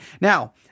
Now